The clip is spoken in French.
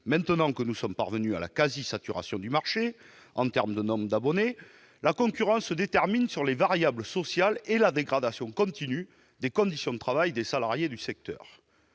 Maintenant que nous sommes parvenus à la quasi-saturation du marché en termes de nombre d'abonnés, la concurrence se détermine sur les variables sociales et la dégradation continue des conditions de travail des salariés du secteur.